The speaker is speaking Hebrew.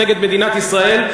נגד מדינת ישראל,